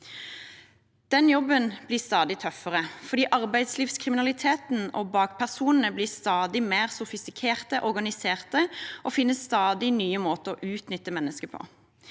Den jobben blir stadig tøffere, for arbeidslivskriminaliteten og bakpersonene blir stadig mer sofistikerte, organiserte og finner stadig nye måter å utnytte mennesker på.